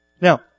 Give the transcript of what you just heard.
Now